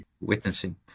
witnessing